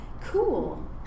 cool